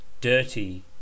Dirty